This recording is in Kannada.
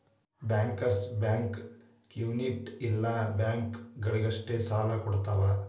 ಬ್ಯಾಂಕರ್ಸ್ ಬ್ಯಾಂಕ್ ಕ್ಮ್ಯುನಿಟ್ ಇಲ್ಲ ಬ್ಯಾಂಕ ಗಳಿಗಷ್ಟ ಸಾಲಾ ಕೊಡ್ತಾವ